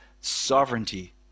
sovereignty